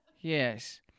Yes